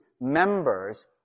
members